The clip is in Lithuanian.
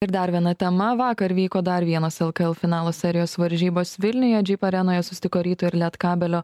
ir dar viena tema vakar vyko dar vienas lkl finalo serijos varžybos vilniuje džyp arenoje susitiko ryto ir lietkabelio